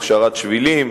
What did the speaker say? הכשרת שבילים,